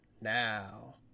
now